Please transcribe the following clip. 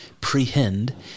prehend